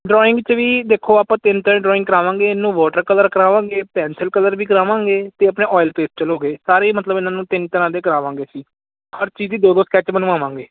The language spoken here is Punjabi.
ਡਰੋਇੰਗ 'ਚ ਵੀ ਦੇਖੋ ਆਪਾਂ ਤਿੰਨ ਤਿੰਨ ਡਰਾਇੰਗ ਕਰਾਵਾਂਗੇ ਇਹਨੂੰ ਵਾਟਰ ਕਲਰ ਕਰਾਵਾਂਗੇ ਪੈਨਸਲ ਕਲਰ ਵੀ ਕਰਾਵਾਂਗੇ ਤੇ ਆਪਣੇ ਆਇਲ ਪੇਸਟਲ ਸਾਰੇ ਮਤਲਬ ਇਹਨਾਂ ਨੂੰ ਤਿੰਨ ਤਰ੍ਹਾਂ ਦੇ ਕਰਾਵਾਂਗੇ ਅਸੀਂ ਹਰ ਚੀਜ਼ ਦੀ ਦੋ ਦੋ ਸਕੈਚ ਬਣਵਾਵਾਂਗੇ